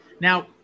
Now